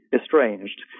estranged